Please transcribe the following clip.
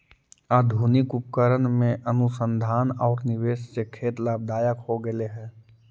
आधुनिक उपकरण में अनुसंधान औउर निवेश से खेत लाभदायक हो गेलई हे